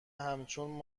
همچون